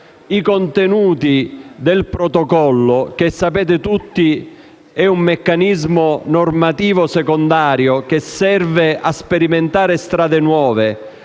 ai contenuti. Il protocollo, che - come sapete - è un meccanismo normativo secondario che serve a sperimentare strade nuove